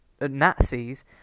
Nazis